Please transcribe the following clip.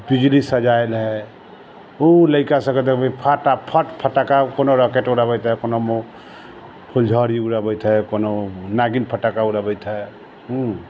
बिजली सजायल हइ ओ लैकासभके देखबै फटाफट फटक्का कोनो रॉकेट उड़बैत हइ कोनो फुलझड़ी उड़बैत हइ कोनो नागिन फटक्का उड़बैत हइ हुँ